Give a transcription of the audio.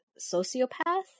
sociopath